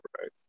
Right